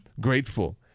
grateful